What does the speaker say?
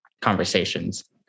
conversations